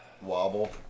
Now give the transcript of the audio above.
wobble